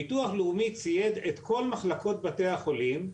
ביטוח לאומי צייד את כל מחלקות בתי החולים,